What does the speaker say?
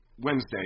Wednesday